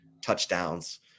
touchdowns